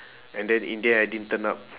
and then in the end I didn't turn up